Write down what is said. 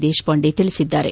ದೇಶಪಾಂಡೆ ತಿಳಿಸಿದ್ದಾರೆ